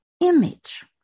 image